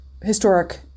historic